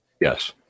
Yes